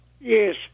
Yes